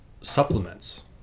supplements